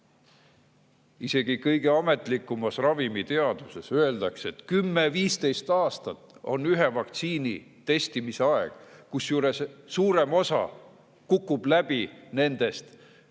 Isegi kõige ametlikumas ravimiteaduses öeldakse, et 10–15 aastat on ühe vaktsiini testimise aeg, kusjuures suurem osa vaktsiinide testimistest